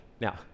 Now